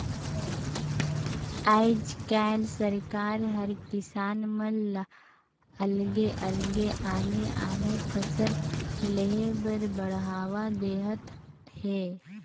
आयज कायल सरकार हर किसान मन ल अलगे अलगे आने आने फसल लेह बर बड़हावा देहत हे